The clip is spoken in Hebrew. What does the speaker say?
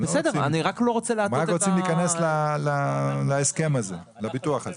הם רק רוצים להיכנס לביטוח הזה.